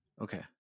Okay